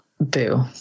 boo